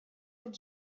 êtes